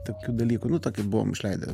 tokių dalykų nu tokių buvom išleidę